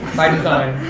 by design.